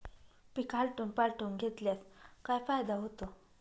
पीक आलटून पालटून घेतल्यास काय फायदा होतो?